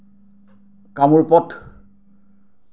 কামৰূপত